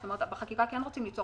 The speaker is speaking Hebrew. בחקיקה כן רוצים ליצור